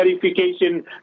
verification